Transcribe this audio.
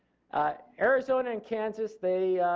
ah arizona and kansas they